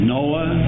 Noah